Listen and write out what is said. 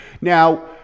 Now